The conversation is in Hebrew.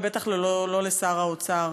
ובטח שלא לשר האוצר,